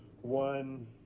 one